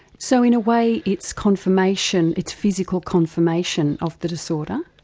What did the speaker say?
so in a way it's confirmation, it's physical confirmation of the disorder?